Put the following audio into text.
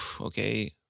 okay